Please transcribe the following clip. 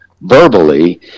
verbally